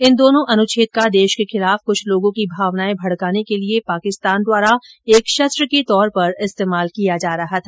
इन दोनों अनुच्छेद का देश के खिलाफ कुछ लोगों की भावनाएं भड़काने के लिए पाकिस्तान द्वारा एक शस्त्र के तौर पर इस्तेमाल किया जा रहा था